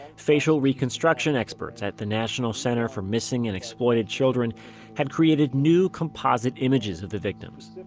facial reconstruction experts at the national center for missing and exploited children had created new composite images of the victims.